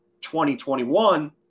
2021